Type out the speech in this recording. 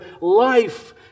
life